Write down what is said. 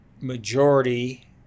majority